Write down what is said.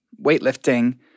weightlifting